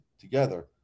together